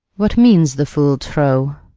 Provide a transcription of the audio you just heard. what means the fool, trow?